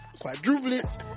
quadruplets